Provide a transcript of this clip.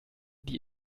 die